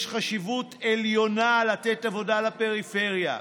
יש חשיבות עליונה לתת עבודה לפריפריה.